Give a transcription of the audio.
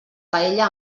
paella